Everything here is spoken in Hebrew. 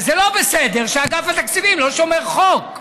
וזה לא בסדר שאגף התקציבים לא שומר חוק.